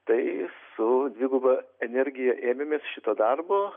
tai su dviguba energija ėmėmės šito darbo